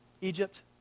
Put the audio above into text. Egypt